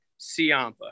siampa